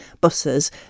buses